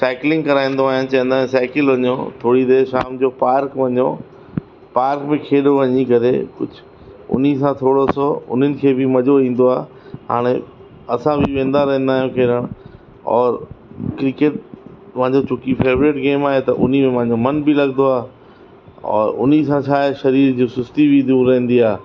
cycling कराईंदो आहियानि चवंदो आहियां साइकिल वञो थोरी देर शाम जो पार्क वञो पार्क में खेॾो वञी करे कुझु उन्ही सां थोरो सो उन्हनि खे बि मज़ो ईंदो आहे हाणे असां बि वेंदा रहंदा आहियूं खेलण और क्रिकेट मुंहिंजो सुठी फ़ेवरेट गेम आहे त उन्ही में मुंहिंजो मनु बि लॻंदो आहे और उन्ही सां छाहे शरीर जी सुस्ती बि दूरु रहंदी आहे